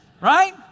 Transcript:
right